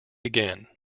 again